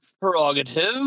prerogative